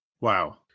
wow